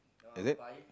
is it